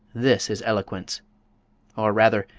this is eloquence or rather,